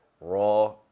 raw